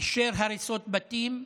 אישר הריסות בתים,